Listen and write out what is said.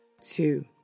two